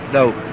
no,